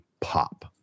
pop